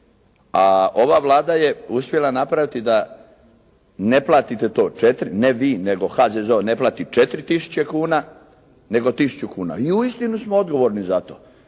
A ova Vlada je uspjela napraviti da ne platite to 4, ne vi nego HZZO ne plati 4 tisuće kuna nego tisuću kuna. I uistinu smo odgovorni za to.